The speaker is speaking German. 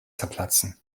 zerplatzen